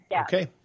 Okay